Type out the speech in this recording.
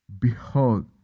Behold